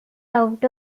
out